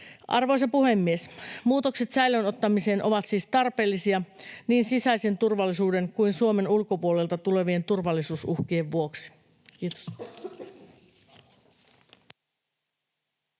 Arvoisa puhemies! Muutokset säilöön ottamiseen ovat siis tarpeellisia niin sisäisen turvallisuuden kuin Suomen ulkopuolelta tulevien turvallisuusuhkien vuoksi. — Kiitos.